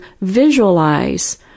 visualize